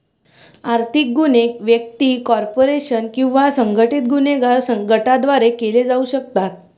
आर्थिक गुन्हे व्यक्ती, कॉर्पोरेशन किंवा संघटित गुन्हेगारी गटांद्वारे केले जाऊ शकतात